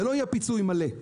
לא יהיה פיצוי מלא.